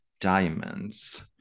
Diamonds